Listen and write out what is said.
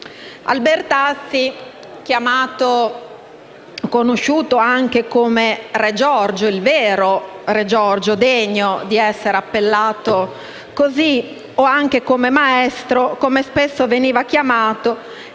Albertazzi, conosciuto anche come re Giorgio, il vero re Giorgio, degno di essere appellato così, o come maestro, come spesso veniva chiamato,